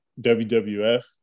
WWF